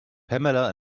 pamela